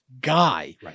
guy